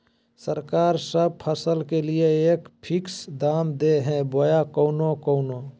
सरकार सब फसल के लिए एक फिक्स दाम दे है बोया कोनो कोनो?